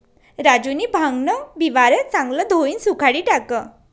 राजूनी भांगन बिवारं चांगलं धोयीन सुखाडी टाकं